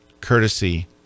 courtesy